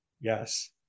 Yes